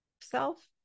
self